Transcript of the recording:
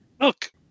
Look